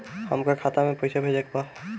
हमका खाता में पइसा भेजे के बा